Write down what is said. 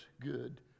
good